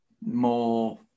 more